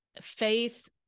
faith